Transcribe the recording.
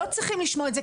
לא צריכים לשמוע את זה,